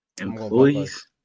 Employees